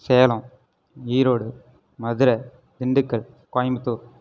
Salem Erode Madurai Dindigul Coimbatore